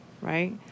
right